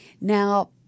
Now